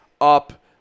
up